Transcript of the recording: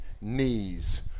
knees